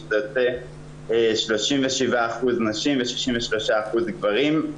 שזה יוצא 37% נשים ו63% גברים.